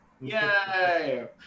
Yay